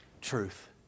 Truth